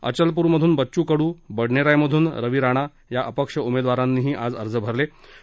अचलप्रमधून बच्चू कडू बडनेरामधून रवि राणा या अपक्ष उमेदवारांनीही आज अर्ज भरलेत